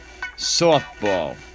softball